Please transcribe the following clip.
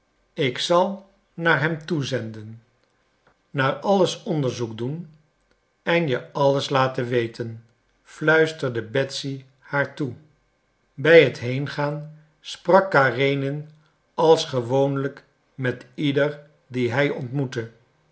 ik zal naar hem toe zenden naar alles onderzoek doen en je alles laten weten fluisterde betsy haar toe bij het heengaan sprak karenin als gewoonlijk met ieder dien hij ontmoette